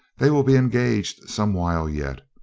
they will be engaged some while yet.